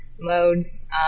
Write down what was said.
modes